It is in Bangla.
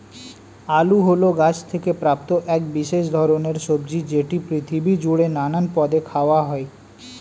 আলু হল গাছ থেকে প্রাপ্ত এক বিশেষ ধরণের সবজি যেটি পৃথিবী জুড়ে নানান পদে খাওয়া হয়